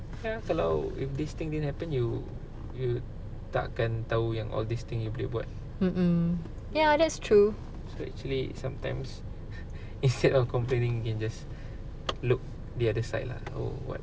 mm mm ya that's true